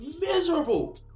miserable